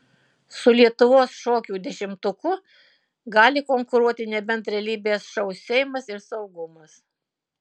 su lietuvos šokių dešimtuku gali konkuruoti nebent realybės šou seimas ir saugumas